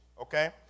okay